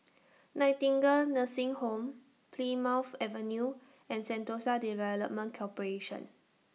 Nightingale Nursing Home Plymouth Avenue and Sentosa Development Corporation